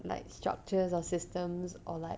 like structures or systems or like